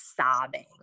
sobbing